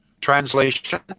Translation